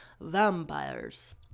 vampires